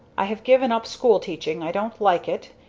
i have given up school-teaching i don't like it,